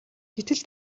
гэтэл